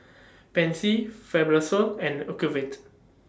Pansy Fibrosol and Ocuvite